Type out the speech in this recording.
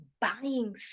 buying